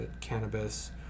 cannabis